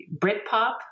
Britpop